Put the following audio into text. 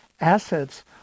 assets